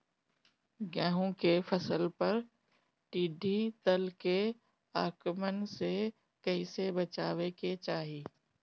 गेहुँ के फसल पर टिड्डी दल के आक्रमण से कईसे बचावे के चाही?